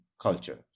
culture